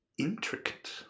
Intricate